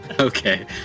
Okay